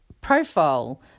profile